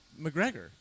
McGregor